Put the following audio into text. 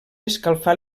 escalfar